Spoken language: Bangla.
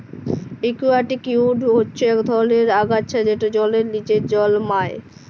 একুয়াটিক উইড হচ্যে ইক ধরলের আগাছা যেট জলের লিচে জলমাই